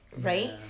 Right